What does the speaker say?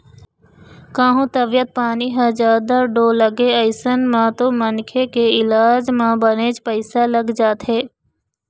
कहूँ तबीयत पानी ह जादा डोलगे अइसन म तो मनखे के इलाज म बनेच पइसा लग जाथे